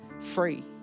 free